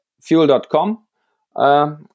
fuel.com